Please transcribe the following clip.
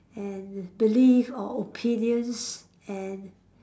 and belief or opinions and